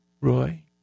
Roy